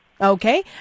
Okay